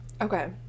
Okay